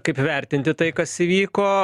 kaip vertinti tai kas įvyko